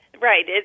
Right